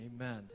amen